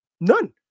None